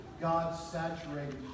God-saturated